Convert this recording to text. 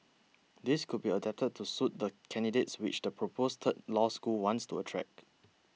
these could be adapted to suit the candidates which the proposed third law school wants to attract